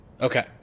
Okay